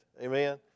Amen